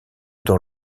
dans